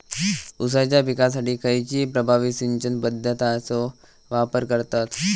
ऊसाच्या पिकासाठी खैयची प्रभावी सिंचन पद्धताचो वापर करतत?